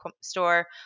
store